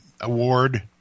award